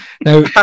Now